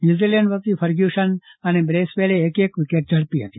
New Zealand વતી Ferguson અને બ્રેસવેલે એક એક વિકેટ ઝડપી હતી